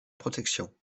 protection